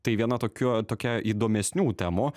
tai viena tokio tokia įdomesnių temų